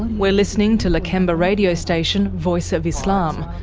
we're listening to lakemba radio station voice of islam,